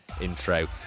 intro